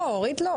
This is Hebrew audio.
אורית.